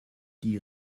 die